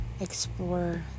explore